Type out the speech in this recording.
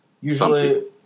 Usually